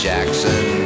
Jackson